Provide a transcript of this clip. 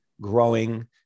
growing